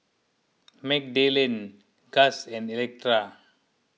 Magdalen Gust and Electa